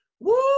Woo